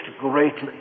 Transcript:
greatly